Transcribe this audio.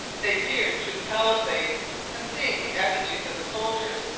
they peered through the palisades and, seeing the effigies of the soldiers,